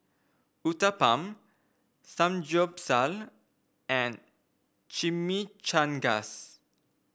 Uthapam Samgyeopsal and Chimichangas